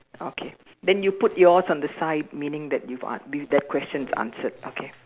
okay then you put yours on the side meaning that you've an~ if that question's answered okay